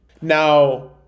Now